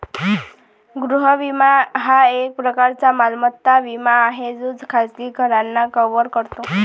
गृह विमा हा एक प्रकारचा मालमत्ता विमा आहे जो खाजगी घरांना कव्हर करतो